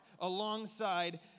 alongside